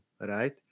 right